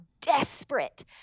desperate